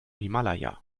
himalaya